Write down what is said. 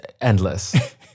endless